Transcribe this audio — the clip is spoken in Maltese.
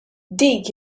dik